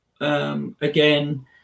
again